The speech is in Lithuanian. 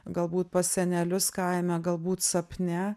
galbūt pas senelius kaime galbūt sapne